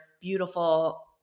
beautiful